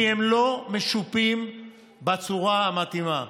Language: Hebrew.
כי הם לא משופים בצורה המתאימה.